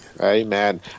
Amen